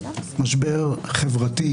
משבר חברתי,